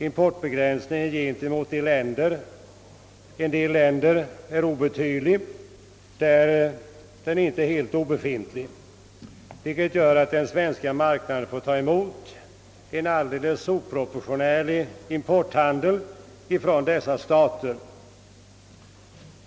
Importbegränsningen gentemot en del länder är obetydlig där den inte är helt obefintlig, vilket gör att den svenska marknaden får ta emot en alldeles oproportionerlig import från dessa stater.